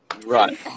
Right